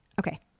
Okay